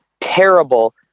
terrible